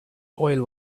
oil